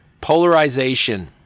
Polarization